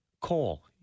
Coal